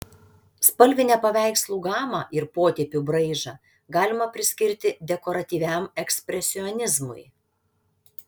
spalvinę paveikslų gamą ir potėpių braižą galima priskirti dekoratyviam ekspresionizmui